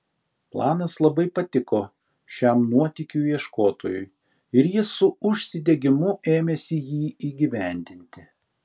planas labai patiko šiam nuotykių ieškotojui ir jis su užsidegimu ėmėsi jį įgyvendinti